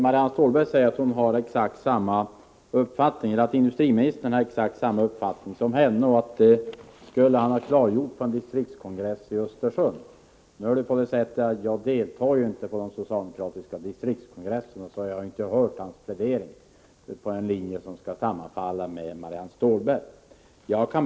Fru talman! Marianne Stålberg säger att industriministern har exakt samma uppfattning som hon och att han skulle ha klargjort detta på en distriktskongress i Östersund. Jag deltar ju inte i socialdemokratiska distriktskongresser, så jag har inte hört industriministern plädera för Marianne Stålbergs linje.